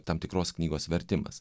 tam tikros knygos vertimas